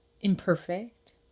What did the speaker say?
imperfect